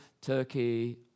Turkey